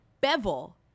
bevel